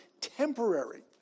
temporary